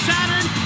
Saturn